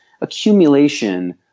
accumulation